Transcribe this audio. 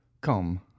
come